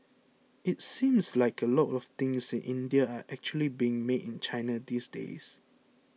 it seems like a lot of things in India are actually being made in China these days